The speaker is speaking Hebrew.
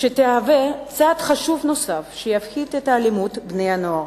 שתהיה צעד חשוב נוסף בהפחתת האלימות של בני-הנוער.